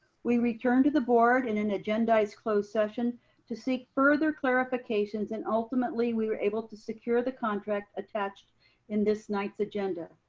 we returned to the board in an agendized closed session to seek further clarifications, and ultimately we were able to secure the contract attached in this night's agenda.